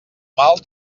mal